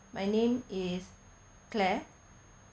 my name is claire